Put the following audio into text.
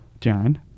John